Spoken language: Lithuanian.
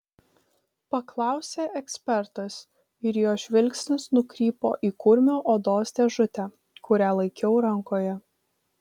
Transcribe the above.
paklausė ekspertas ir jo žvilgsnis nukrypo į kurmio odos dėžutę kurią laikiau rankoje